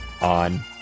on